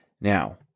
Now